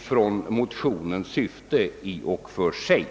från motionens syfte i och för sig.